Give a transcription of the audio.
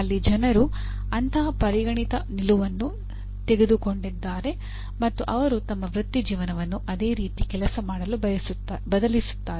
ಅಲ್ಲಿ ಜನರು ಅಂತಹ ಪರಿಗಣಿತ ನಿಲುವನ್ನು ತೆಗೆದುಕೊಂಡಿದ್ದಾರೆ ಮತ್ತು ಅವರು ತಮ್ಮ ವೃತ್ತಿಜೀವನವನ್ನುಅದೇ ರೀತಿ ಕೆಲಸ ಮಾಡಲು ಬದಲಾಯಿಸುತ್ತಾರೆ